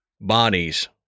bodies